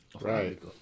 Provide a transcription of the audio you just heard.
Right